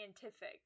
scientific